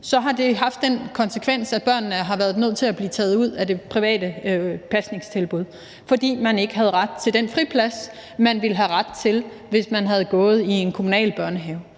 har det haft den konsekvens, at det har været nødvendigt at tage børnene ud af det private pasningstilbud, fordi man ikke havde ret til den friplads, som man ville have ret til, hvis børnene havde gået i en kommunal børnehave.